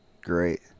Great